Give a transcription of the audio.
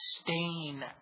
stain